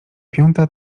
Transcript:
piąta